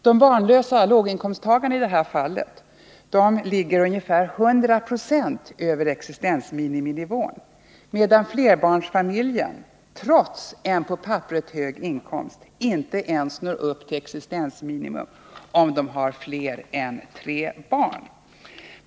De barnlösa låginkomsttagarna ligger i det här fallet ungefär 100 96 över existensminiminivån, medan flerbarnsfamiljen trots en på papperet hög inkomst inte ens når upp till existensminimum om det finns fler än tre barn i familjen.